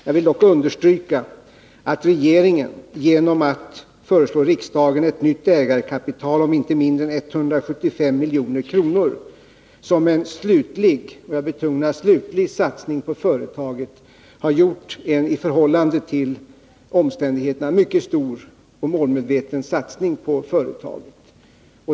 Jag vill dock understryka att regeringen, genom att föreslå riksdagen ett nytt ägarkapital om inte mindre än 175 milj.kr. som en slutlig — jag betonar slutlig — satsning på företaget, har gjort en i förhållande till omständigheterna mycket stor målmedveten insats.